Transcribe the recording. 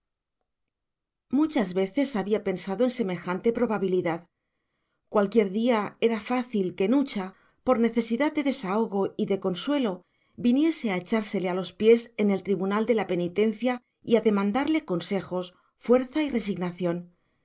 muchas veces había pensado en semejante probabilidad cualquier día era fácil que nucha por necesidad de desahogo y de consuelo viniese a echársele a los pies en el tribunal de la penitencia y a demandarle consejos fuerza resignación